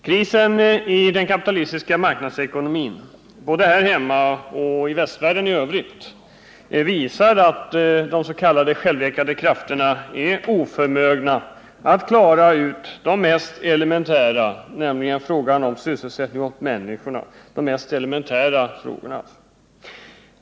Krisen i den kapitalistiska marknadsekonomin, både här hemma och i västvärlden i övrigt, visar att de s.k. självläkande krafterna är oförmögna att klara ut det mest elementära, nämligen frågan om sysselsättning åt människorna.